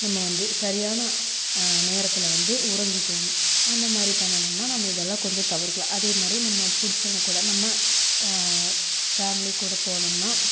நம்ம வந்து சரியான நேரத்தில் வந்து உறங்கிக்கணும் அந்தமாதிரி பண்ணுனம்னா நம்ம இதலாம் கொஞ்சம் தவிர்க்கலாம் அதேமாதிரி நம்ம புடிச்சவங்க கூட நம்ம ஃபேமிலி கூட போனம்ன்னா